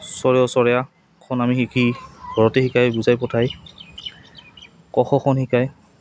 আমি শিকি ঘৰতে শিকাই বুজাই পঠাই ক খ খন শিকায়